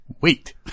wait